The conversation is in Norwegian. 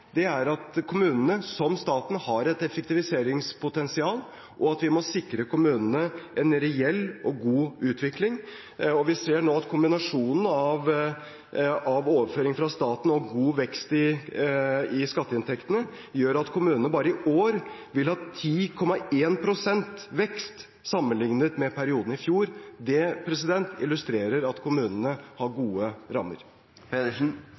er at kommunene, som staten, har et effektiviseringspotensial, og at vi må sikre kommunene en reell og god utvikling. Vi ser nå at kombinasjonen av overføring fra staten og god vekst i skatteinntektene gjør at kommunene bare i år vil ha 10,1 pst. vekst sammenlignet med perioden i fjor. Det illustrerer at kommunene har